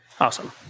Awesome